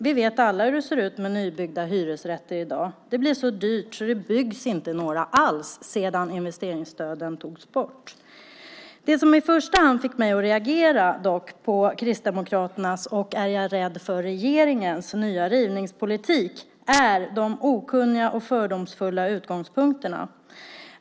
Vi vet alla hur det ser ut när det gäller nybyggda hyresrätter i dag. Det blev så dyrt att det inte byggs några alls sedan investeringsstöden togs bort. Det som först och främst fick mig att reagera på Kristdemokraternas och regeringens nya rivningspolitik är dock de okunniga och fördomsfulla utgångspunkterna.